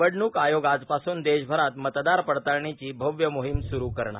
निवडणूक आयोग आजपासून देशभरात मतदार पडताळणीची भव्य मोहीम सुरू करणार